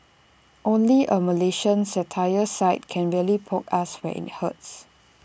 only A Malaysian satire site can really poke us where IT hurts